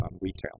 retail